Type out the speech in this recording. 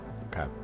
Okay